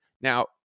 Now